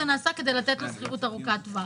נעשה כדי לתת לו שכירות ארוכת טווח.